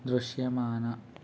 దృశ్యమాన